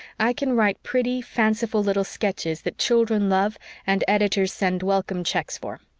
i can write pretty, fanciful little sketches that children love and editors send welcome cheques for.